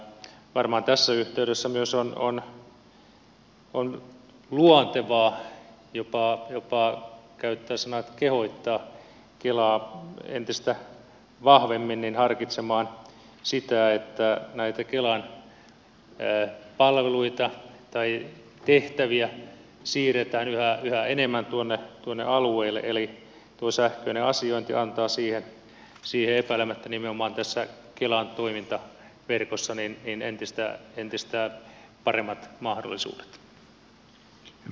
varmaan tässä yhteydessä myös on luontevaa käyttää jopa käyttää sanaa kehottaa kelaa entistä vahvemmin harkitsemaan sitä että näitä kelan palveluita tai tehtäviä siirretään yhä enemmän alueille eli sähköinen asiointi antaa siihen epäilemättä nimenomaan tässä kelan toimintaverkossa entistä paremmat mahdollisuudet